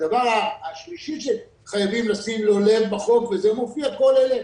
הדבר השלישי שחייבים לשים לו לב בחוק וכל אלה